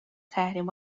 تحریم